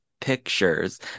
pictures